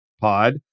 pod